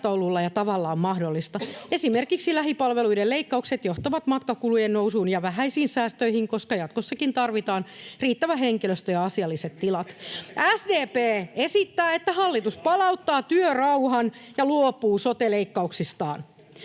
ja tavalla on mahdollista. Esimerkiksi lähipalveluiden leikkaukset johtavat matkakulujen nousuun ja vähäisiin säästöihin, koska jatkossakin tarvitaan riittävä henkilöstö ja asialliset tilat. [Ben Zyskowicz: Ja mistäköhän se pakko tulee!] SDP esittää,